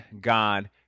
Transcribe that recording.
God